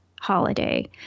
holiday